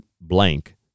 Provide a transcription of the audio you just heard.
Blank